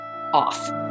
off